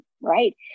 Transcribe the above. right